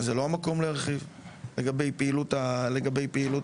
זה לא המקום להרחיב לגבי פעילות הסוכנות.